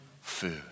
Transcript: food